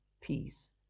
peace